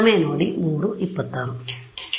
ಹೌದಲ್ಲವೇ